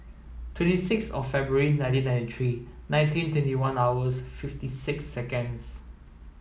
twenty six of February nineteen ninety three nineteen twenty one hours fifty six seconds